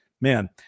man